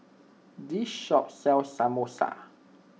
this shop sells Samosa